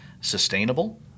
sustainable